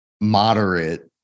moderate